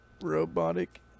robotic